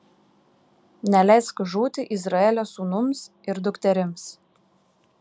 neleisk žūti izraelio sūnums ir dukterims